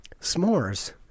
S'mores